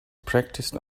practiced